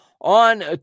on